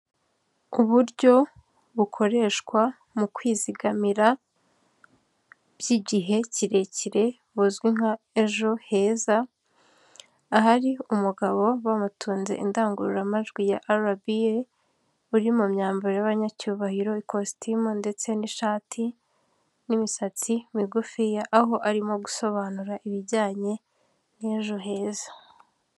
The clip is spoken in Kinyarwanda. Uburyo bukoreshwa mu kwizigamira by'igihe kirekire buzwi nka ejo heza ahari umugabo bamutunze indangururamajwi ya arabiye, uri mu myambaro y'abanyacyubahiro ikositimu ndetse n'ishati, n'imisatsi migufi ya aho arimo gusobanura ibijyanye n'ejo heza.